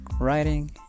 writing